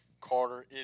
Carter